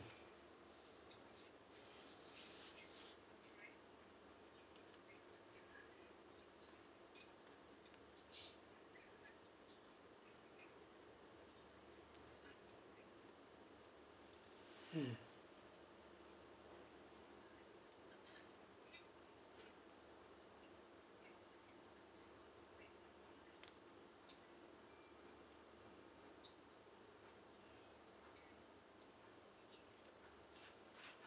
mm